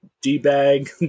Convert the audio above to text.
d-bag